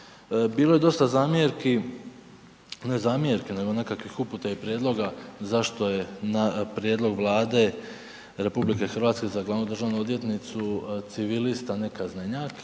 Bilo je dosta zamjerki, ne zamjerki nego nekakvih uputa i prijedloga zašto je na prijedlog Vlade RH za glavnu državnu odvjetnicu civilista a ne kaznenjak,